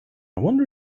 wonder